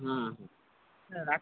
হুম হুঁ হ্যাঁ রাখছি